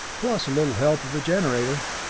plus a little help of the generator!